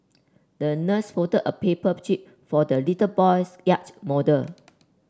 the nurse folded a paper jib for the little boy's yacht model